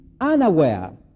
unaware